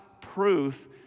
proof